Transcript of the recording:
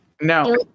No